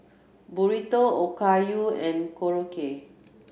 Burrito Okayu and Korokke